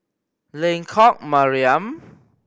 Lengkok Mariam